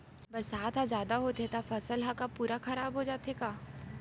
बरसात ह जादा होथे त फसल ह का पूरा खराब हो जाथे का?